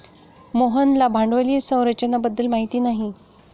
मोहनला भांडवली संरचना बद्दल माहिती नाही